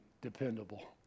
dependable